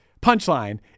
punchline